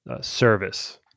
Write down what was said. service